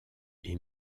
est